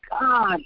God